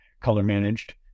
color-managed